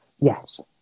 Yes